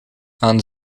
aan